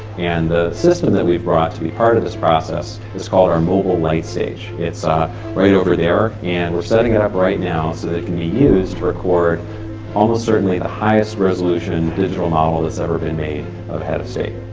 and the system that we brought to be part of this process is called our mobile light stage. it's ah right over there and we're setting it up right now so that it can be used to record almost certainly the highest resolution digital model that's ever been made of a head of state.